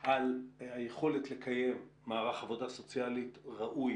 על היכולת לקיים מערך עבודה סוציאלי\ת ראוי